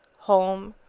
home,